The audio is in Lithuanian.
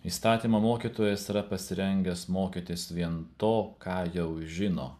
įstatymo mokytojas yra pasirengęs mokytis vien to ką jau žino